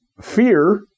fear